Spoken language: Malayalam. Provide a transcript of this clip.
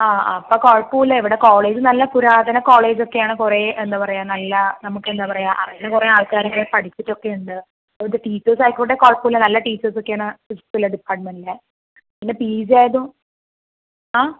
ആ ആ അപ്പം കുഴപ്പം ഇല്ല ഇവിടെ കോളേജ് നല്ല പുരാതന കോളേജ് ഒക്കെ ആണ് കുറേ എന്താ പറയുക നല്ല നമുക്ക് എന്താ പറയുക അറിയുന്ന കുറേ ആൾക്കാർ ഒക്കെ പഠിച്ചിട്ട് ഒക്കെ ഉണ്ട് അവിടുത്തെ ടീച്ചേർസ് ആയിക്കോട്ടെ കുഴപ്പം ഇല്ല നല്ല ടീച്ചേർസ് ഒക്കെ ആണ് ഫിസിക്സ് ഉള്ള ഡിപ്പാർട്ട്മെൻറ്റിലെ പിന്നെ പിജി ആയതും ആ